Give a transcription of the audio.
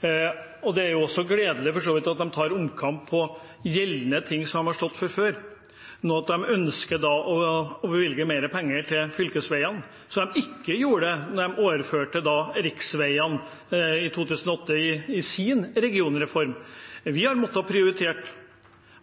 Det er for så vidt også gledelig at de tar omkamp på ting de har stått for før – at de nå ønsker å bevilge mer penger til fylkesveiene, noe de ikke gjorde da de overførte riksveiene i 2008 i sin regionreform. Vi har måttet prioritere.